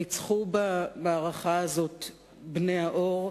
ניצחו במערכה הזאת בני-האור.